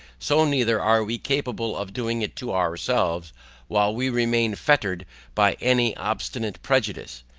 so neither are we capable of doing it to ourselves while we remain fettered by any obstinate prejudice.